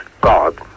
God